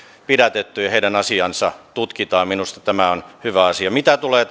pidätetty ja heidän asiansa tutkitaan minusta tämä on hyvä asia mitä tulee